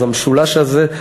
אז המשולש הזה,